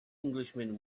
englishman